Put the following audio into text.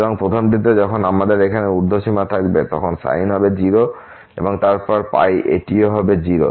সুতরাং প্রথমটিতে যখন আমাদের এখানে ঊর্ধ্ব সীমা থাকবে তখন সাইন হবে 0 এবং তারপর এটিও হবে 0